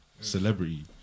celebrity